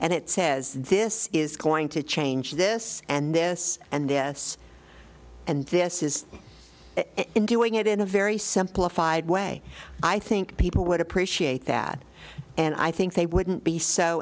and it says this is going to change this and this and this and this is in doing it in a very simplified way i think people would appreciate that and i think they wouldn't be so